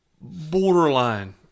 borderline